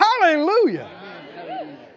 Hallelujah